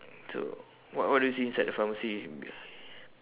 so what what do you see inside the pharmacy